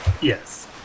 Yes